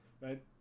right